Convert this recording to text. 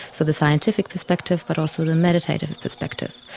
so the scientific perspective but also the meditative perspective.